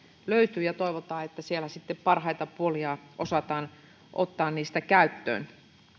löytyy ja toivotaan että siellä sitten parhaita puolia osataan ottaa niistä käyttöön